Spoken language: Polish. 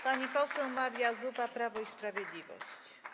Pani poseł Maria Zuba, Prawo i Sprawiedliwość.